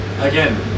Again